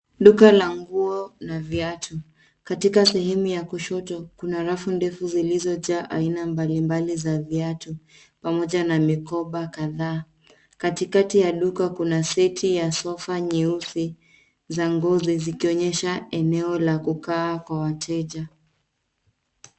Duka la nguo na viatu. Katika sehemu ya kushoto, kuna rafu ndefu zilizo jaa aina mbalimbali za viatu pamoja na mikoba kadhaa. Katikati ya duka kuna [cs ] seti [cs ] ya [cs ] sofa [cs ] nyeusi za ngozi zikionyesha eneo la kukaa kwa wateja.